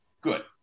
good